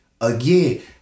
again